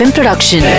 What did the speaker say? Production